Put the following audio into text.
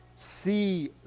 See